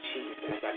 Jesus